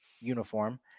uniform